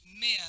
men